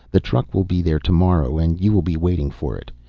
the truck will be there tomorrow and you will be waiting for it.